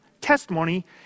testimony